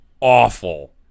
awful